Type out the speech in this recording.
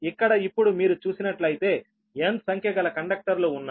ఇక్కడ ఇప్పుడు మీరు చూసినట్లయితే n సంఖ్యగల కండక్టర్లు ఉన్నాయి